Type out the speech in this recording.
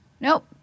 Nope